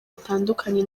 batandukanye